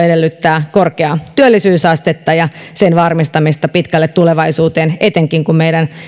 edellyttää korkeaa työllisyysastetta ja sen varmistamista pitkälle tulevaisuuteen etenkin kun meidän